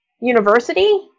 University